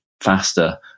faster